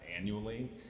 annually